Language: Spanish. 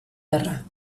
guerra